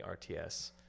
RTS